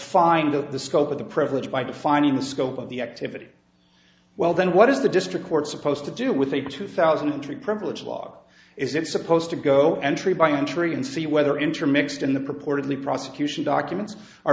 find out the scope of the privilege by defining the scope of the activity well then what is the district court supposed to do with a two thousand and three privilege law is it supposed to go entry by entry and see whether intermixed in the purportedly prosecution documents